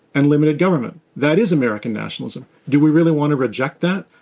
and limited government. that is american nationalism. do we really want to reject that?